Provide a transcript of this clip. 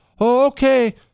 okay